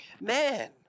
man